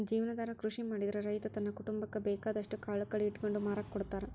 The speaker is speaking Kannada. ಜೇವನಾಧಾರ ಕೃಷಿ ಮಾಡಿದ್ರ ರೈತ ತನ್ನ ಕುಟುಂಬಕ್ಕ ಬೇಕಾದಷ್ಟ್ ಕಾಳು ಕಡಿ ಇಟ್ಕೊಂಡು ಮಾರಾಕ ಕೊಡ್ತಾರ